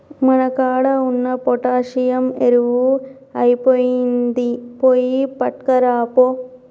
మన కాడ ఉన్న పొటాషియం ఎరువు ఐపొయినింది, పోయి పట్కరాపో